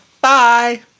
bye